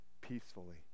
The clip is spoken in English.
peacefully